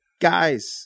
Guys